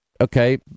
okay